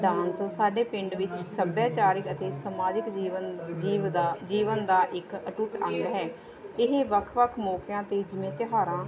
dance ਸਾਡੇ ਪਿੰਡ ਵਿੱਚ ਸੱਭਿਆਚਾਰਕ ਅਤੇ ਸਮਾਜਿਕ ਜੀਵਨ ਜੀਵ ਦਾ ਜੀਵਨ ਦਾ ਇੱਕ ਅਟੁੱਟ ਅੰਗ ਹੈ ਇਹ ਵੱਖ ਵੱਖ ਮੌਕਿਆਂ 'ਤੇ ਜਿਵੇਂ ਤਿਉਹਾਰਾਂ